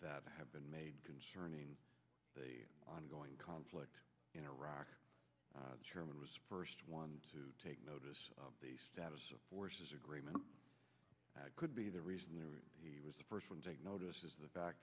that have been made concerning the ongoing conflict in iraq the chairman was first one to take notice of the status of forces agreement that could be the reason he was the first one to take notice is the fact